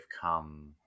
come